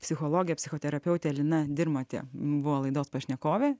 psichologė psichoterapeutė lina dirmotė buvo laidos pašnekovė